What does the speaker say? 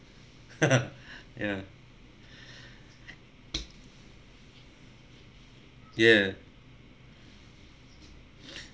yeah yeah